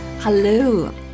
Hello